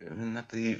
na tai